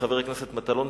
חבר הכנסת מטלון,